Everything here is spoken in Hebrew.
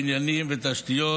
בניינים ותשתיות,